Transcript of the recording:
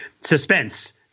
suspense